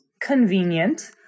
convenient